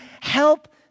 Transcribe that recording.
help